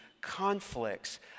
conflicts